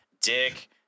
dick